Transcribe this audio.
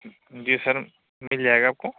جی sir مل جائے گا آپ کو